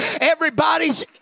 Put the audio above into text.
everybody's